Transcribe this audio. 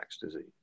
disease